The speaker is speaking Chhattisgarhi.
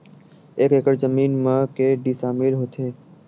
एक एकड़ जमीन मा के डिसमिल होथे?